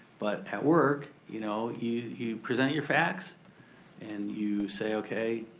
but at work, you know you you present your facts and you say okay,